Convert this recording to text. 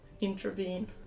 intervene